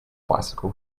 bicycle